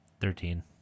thirteen